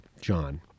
John